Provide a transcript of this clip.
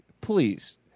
please